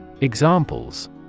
Examples